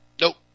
nope